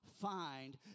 find